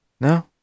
No